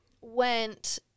went